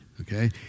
okay